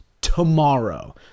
tomorrow